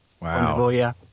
Wow